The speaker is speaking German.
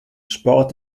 sport